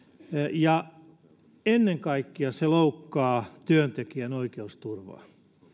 ja ennen kaikkea se loukkaa työntekijän oikeusturvaa